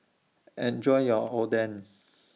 Enjoy your Oden